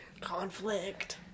conflict